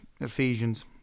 Ephesians